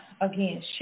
again